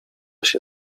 się